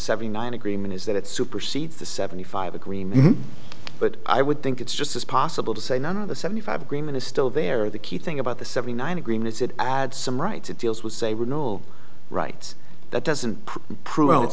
seventy nine agreement is that it supersedes the seventy five agreement but i would think it's just as possible to say none of the seventy five agreement is still there the key thing about the seventy nine agreements it adds some rights it deals with say we're no rights that doesn't pro